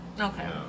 Okay